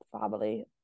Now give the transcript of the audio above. family